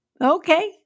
okay